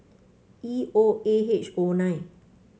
E O A H O nine